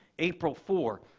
april four,